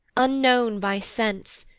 unknown by sense,